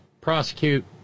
prosecute